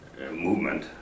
movement